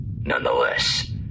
Nonetheless